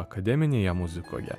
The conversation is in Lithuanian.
akademinėje muzikoje